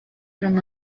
through